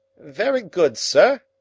very good, sir.